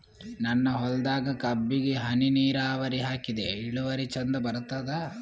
ನನ್ನ ಹೊಲದಾಗ ಕಬ್ಬಿಗಿ ಹನಿ ನಿರಾವರಿಹಾಕಿದೆ ಇಳುವರಿ ಚಂದ ಬರತ್ತಾದ?